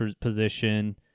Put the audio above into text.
position